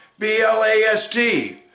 B-L-A-S-T